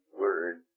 words